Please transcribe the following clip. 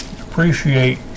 appreciate